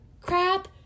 crap